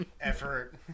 effort